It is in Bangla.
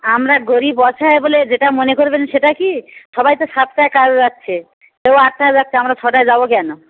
আমরা গরিব অসহায় বলে যেটা মনে করবেন সেটা কী সবাই তো সাতটায় কাজে যাচ্ছে কেউ আটটায় যাচ্ছে আমরা ছটায় যাবো কেন